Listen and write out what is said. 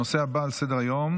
הנושא הבא על סדר-היום,